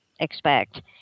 expect